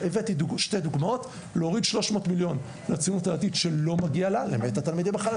הבאתי שתי דוגמאות: להוריד 300 מיליון לציונות הדתית שלא מגיע לה ולקחת